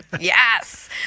yes